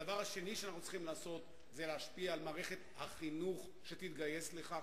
הדבר השני שאנחנו צריכים לעשות זה להשפיע על מערכת החינוך שתתגייס לכך.